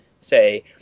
say